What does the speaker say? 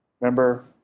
Remember